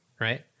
right